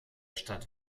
stadt